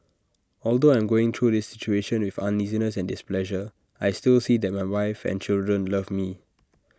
although I'm going through this situation with uneasiness and displeasure I still see that my wife and children love me